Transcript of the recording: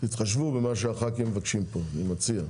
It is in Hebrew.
תתחשבו במה שהח"כים מבקשים, מציע.